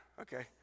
Okay